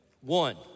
one